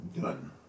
Done